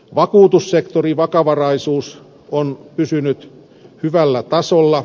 vakuutussektorin vakavaraisuus on pysynyt hyvällä tasolla